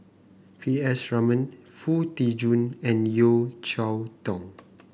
P S Raman Foo Tee Jun and Yeo Cheow Tong